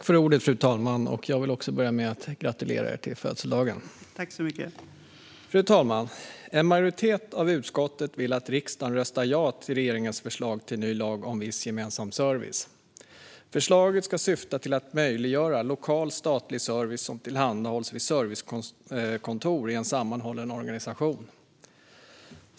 Fru talman! Jag vill börja med att gratulera er på födelsedagen. Fru talman! En majoritet av utskottet vill att riksdagen röstar ja till regeringens förslag till ny lag om viss gemensam service. Förslaget ska syfta till att möjliggöra lokal statlig service som tillhandahålls vid servicekontor i en sammanhållen organisation.